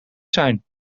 zijn